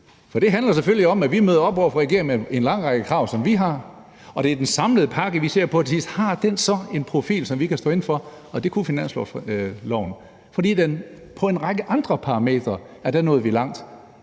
Og det handler selvfølgelig om, at vi møder op over for regeringen med en lang række krav, som vi har, og det er den samlede pakke, vi ser på til sidst: Har den så en profil, som vi kan stå inde for? Og det havde finansloven, fordi vi på en række andre parametre nåede langt.